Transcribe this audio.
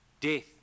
Death